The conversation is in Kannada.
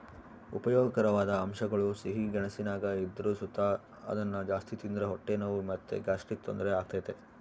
ಉಪಯೋಗಕಾರವಾದ ಅಂಶಗುಳು ಸಿಹಿ ಗೆಣಸಿನಾಗ ಇದ್ರು ಸುತ ಅದುನ್ನ ಜಾಸ್ತಿ ತಿಂದ್ರ ಹೊಟ್ಟೆ ನೋವು ಮತ್ತೆ ಗ್ಯಾಸ್ಟ್ರಿಕ್ ತೊಂದರೆ ಆಗ್ತತೆ